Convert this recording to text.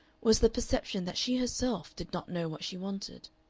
was the perception that she herself did not know what she wanted.